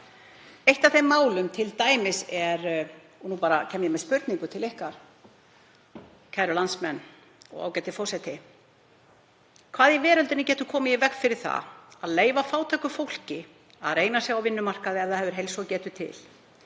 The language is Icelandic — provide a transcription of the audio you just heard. Eitt af þeim málum er t.d. — nú kem ég bara með spurningu til ykkar, kæru landsmenn og ágæti forseti: Hvað í veröldinni getur komið í veg fyrir að leyfa fátæku fólki að reyna sig á vinnumarkaði ef það hefur heilsu og getu til?